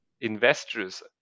investors